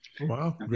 Wow